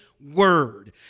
word